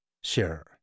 Sure